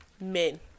men